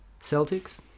Celtics